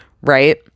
right